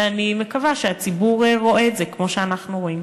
ואני מקווה שהציבור רואה את זה כמו שאנחנו רואים.